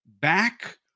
back